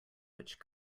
which